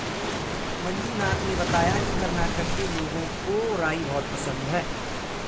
मंजुनाथ ने बताया कि कर्नाटक के लोगों को राई बहुत पसंद है